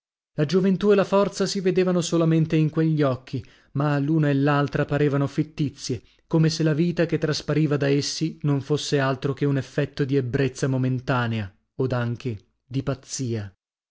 la gioventù e la forza si vedevano solamente in quegli occhi ma l'una e l'altra parevano fittizie come se la vita che traspariva da essi non fosse altro che un effetto di ebbrezza momentanea od anche di pazzia